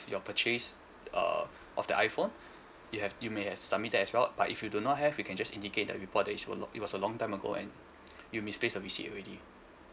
your purchase uh of the iphone you have you may submit that as well but if you do not have you can just indicate in that report that it was lo~ it was a long time ago and you misplaced your receipt already